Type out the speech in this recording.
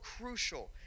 crucial